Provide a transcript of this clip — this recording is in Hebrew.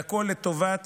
והכול לטובת